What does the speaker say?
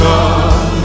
God